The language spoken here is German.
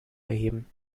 erheben